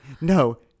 no